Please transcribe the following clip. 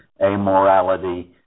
amorality